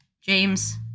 James